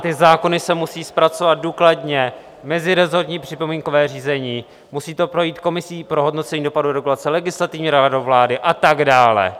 Ty zákony se musejí zpracovat důkladně, v meziresortním připomínkovém řízení, musí to projít komisí pro hodnocení dopadů regulace, Legislativní radou vlády a tak dále.